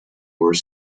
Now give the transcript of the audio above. were